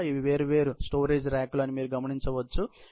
ఇవి వేర్వేరు స్టోరేజ్ రాక్లు అని మీరు చూడవచ్చు అవి చిత్రంలో ఉన్నాయి